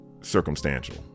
circumstantial